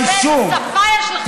תתביישו.